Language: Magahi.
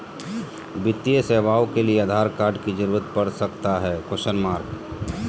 वित्तीय सेवाओं के लिए आधार कार्ड की जरूरत पड़ सकता है?